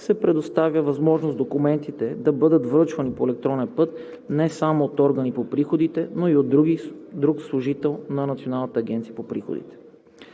се предоставя възможност документите да бъдат връчвани по електронен път не само от орган по приходите, но и от друг служител на Националната агенция за приходите.